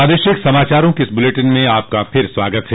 प्रादेशिक समाचारों के इस बुलेटिन में आपका फिर से स्वागत है